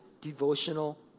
devotional